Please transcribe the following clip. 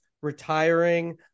retiring